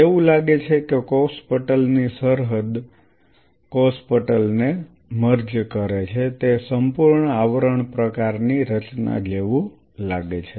એવું લાગે છે કે કોષ પટલની સરહદ કોષ પટલને મર્જ કરે છે તે સંપૂર્ણ આવરણ પ્રકારની રચના જેવું લાગે છે